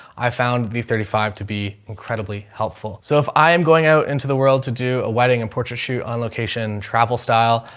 i found the thirty five to be incredibly helpful. so if i am going out into the world to do a wedding and portrait shoot on location travel style,